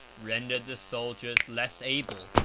rendered the soldiers less able,